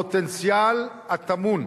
הפוטנציאל הטמון